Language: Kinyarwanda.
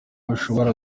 bishobora